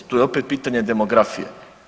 Tu je opet pitanje demografije.